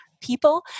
People